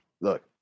Look